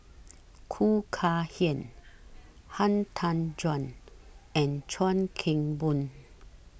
Khoo Kay Hian Han Tan Juan and Chuan Keng Boon